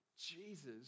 Jesus